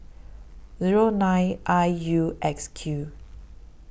Zero nine I U X Q